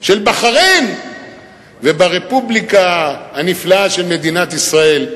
של בחריין וברפובליקה הנפלאה של מדינת ישראל,